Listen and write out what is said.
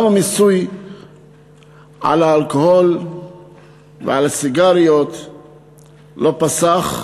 גם המיסוי על האלכוהול ועל הסיגריות לא פסח,